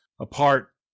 apart